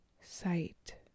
Sight